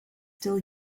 still